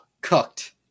cooked